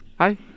Hi